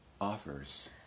offers